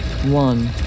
One